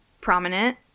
prominent